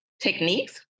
Techniques